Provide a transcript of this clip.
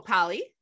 Polly